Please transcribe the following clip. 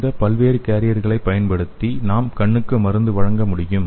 இந்த பல்வேறு கேரியர்களைப் பயன்படுத்தி நாம் கண்ணுக்கு மருந்து வழங்க முடியும்